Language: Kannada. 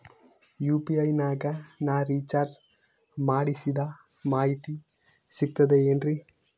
ಯು.ಪಿ.ಐ ನಾಗ ನಾ ರಿಚಾರ್ಜ್ ಮಾಡಿಸಿದ ಮಾಹಿತಿ ಸಿಕ್ತದೆ ಏನ್ರಿ?